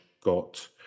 got